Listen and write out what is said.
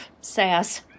sass